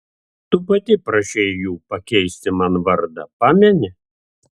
tu pati prašei jų pakeisti man vardą pameni